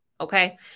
Okay